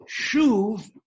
shuv